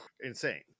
insane